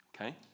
Okay